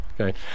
okay